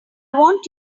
want